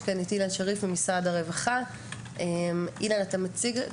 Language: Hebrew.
יש כאן את אילן שריף ממשרד הרווחה והוא יוכל